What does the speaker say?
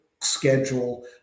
schedule